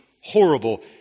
horrible